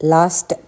Last